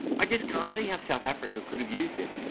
i just can't see how south africa could have used him,